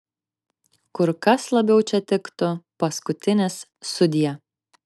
kur kas labiau čia tiktų paskutinis sudie